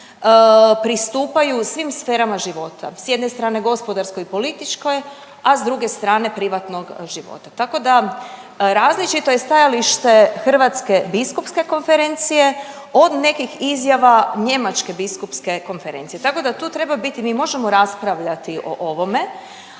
pristupaju svim sferama života, s jedne strane gospodarskoj i političkoj, a s druge strane privatnog života. Tako da različito je stajalište Hrvatske biskupske konferencije od nekih izjava Njemačke biskupske konferencije. Tako da tu treba biti, mi možemo raspravljati o ovome,